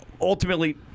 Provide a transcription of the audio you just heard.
ultimately –